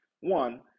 One